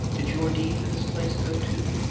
did your deed for this place go, too?